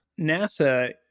NASA